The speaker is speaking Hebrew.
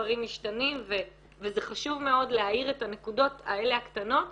דברים משתנים וזה חשוב מאוד להאיר את הנקודות הקטנות האלה.